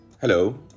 Hello